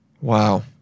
Wow